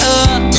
up